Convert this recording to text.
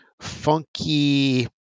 funky